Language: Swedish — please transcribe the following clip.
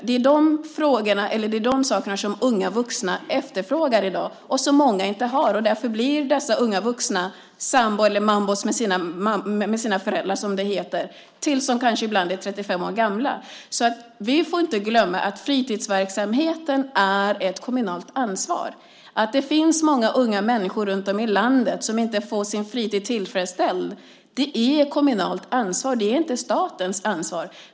Det är de sakerna som unga vuxna efterfrågar i dag och som många inte har. Därför blir dessa unga vuxna mambor, som det heter, med sina föräldrar tills de ibland kanske är 35 år gamla. Vi får inte glömma att fritidsverksamheten är ett kommunalt ansvar. Att det finns många unga människor runtom i landet som inte har en tillfredsställande fritid är ett kommunalt ansvar. Det är inte statens ansvar.